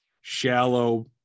shallow